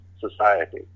society